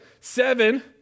Seven